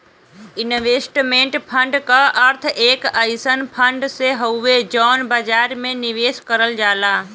investment fund क अर्थ एक अइसन फण्ड से हउवे जौन बाजार में निवेश करल जाला